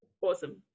Awesome